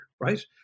right